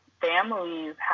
families